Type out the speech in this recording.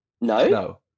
No